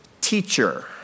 teacher